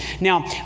Now